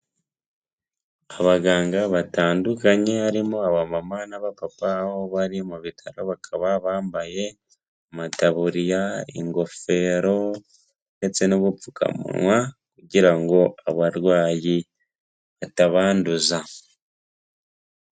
Abaganga batandukanye, harimo abamama n'abapapa aho bari mu bitaro, bakaba bambaye amataburiya ingofero ndetse n'ubupfukamunwa kugira ngo abarwayi batabanduza.